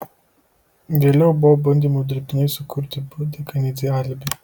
vėliau buvo bandymų dirbtinai sukurti b dekanidzei alibi